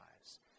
lives